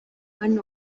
hano